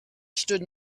stood